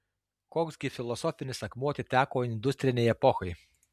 koks gi filosofinis akmuo atiteko industrinei epochai